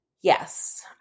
Yes